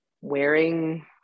wearing